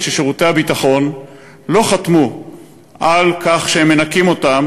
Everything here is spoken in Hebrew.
לכך ששירותי הביטחון לא חתמו על כך שהם מנקים אותם,